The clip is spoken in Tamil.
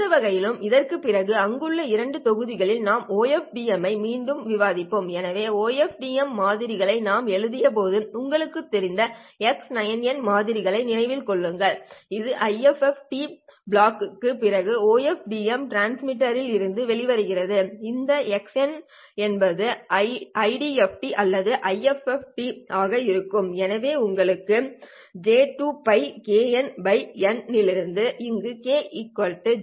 எந்த வகையிலும் இதற்குப் பிறகு இங்குள்ள இரண்டு தொகுதிகளில் நாம் OFDM ஐ மீண்டும் விவாதிப்போம் எனவே OFDM மாதிரிகளை நாம் எழுதியபோது உங்களுக்கு தெரிந்த x9n மாதிரிகளை நினைவில் கொள்ளுங்கள் இது IFFT block க்குப் பிறகு OFDM transmitter ல் இருந்து வெளிவருகிறது இந்த x என்பது IDFT அல்லது IFFT x k ஆக இருந்தது எனவே உங்களிடம் e j2π kn N இருந்தது அங்கு k 0 N 1